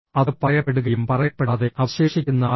അത് പറയപ്പെടുകയും പറയപ്പെടാതെ അവശേഷിക്കുന്ന ആശയം